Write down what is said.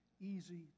easy